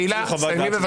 תהילה, תסיימי בבקשה.